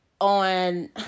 on